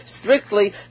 strictly